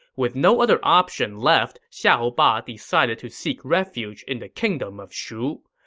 with no other option left, xiahou ba decided to seek refuge in the kingdom of shu.